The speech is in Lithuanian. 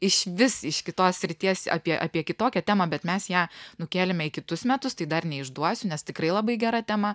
išvis iš kitos srities apie apie kitokią temą bet mes ją nukėlėme į kitus metus tai dar neišduosiu nes tikrai labai gera tema